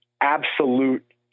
absolute